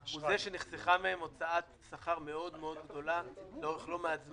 זה שנחסכה מהם הוצאת שכר מאוד מאוד גדולה לאורך לא מעט זה